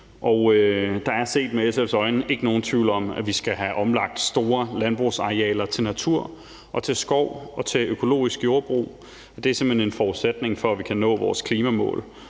Der er set med SF's øjne ingen tvivl om, at vi skal have omlagt store landbrugsarealer til natur og til skov og til økologisk jordbrug. Det er simpelt hen en forudsætning for, at vi kan nå vores egne klimamål.